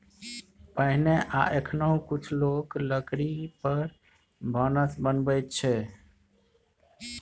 पहिने आ एखनहुँ कुछ लोक लकड़ी पर भानस बनबै छै